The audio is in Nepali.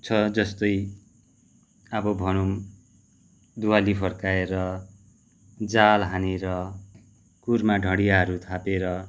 छ जस्तै अब भनौँ दुवाली फर्काएर जाल हानेर कुरमा ढडियाहरू थापेर